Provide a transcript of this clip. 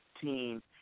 team